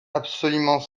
absolument